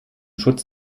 schutz